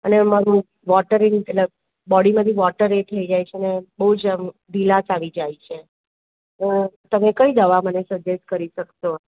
અને અમારું વોટરિંગ એટલે બોડીમાંથી વોટર એ થઈ જાય છે અને બહુ જ આમ ઢીલાશ આવી જાય છે તો તમે કઈ દવા મને સજેસ્ટ કરી શકશો